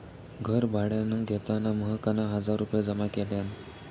घर भाड्यान घेताना महकना हजार रुपये जमा केल्यान